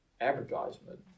advertisement